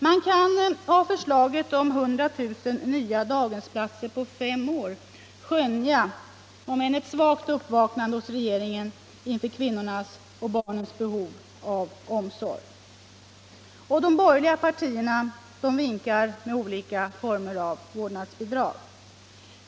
Man kan av förslaget om 100 000 nya daghemsplatser på fem år skönja ett om än svagt uppvaknande hos regeringen inför kvinnornas och barnens behov av omsorg. De borgerliga partierna vinkar med olika former av vårdnadsbidrag.